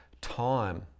time